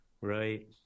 Right